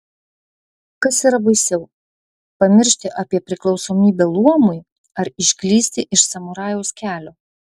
kas yra baisiau pamiršti apie priklausomybę luomui ar išklysti iš samurajaus kelio